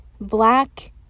black